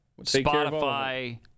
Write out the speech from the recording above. Spotify